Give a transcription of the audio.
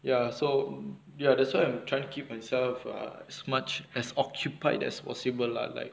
ya so ya that's why I'm trying to keep myself as much as occupied as possible lah like